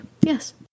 Yes